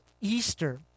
Easter